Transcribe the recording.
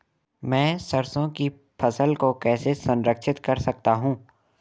मैं सरसों की फसल को कैसे संरक्षित कर सकता हूँ?